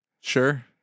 Sure